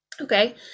okay